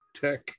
tech